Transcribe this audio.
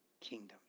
kingdom